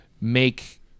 make